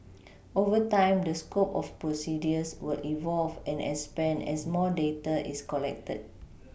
over time the scope of procedures will evolve and expand as more data is collected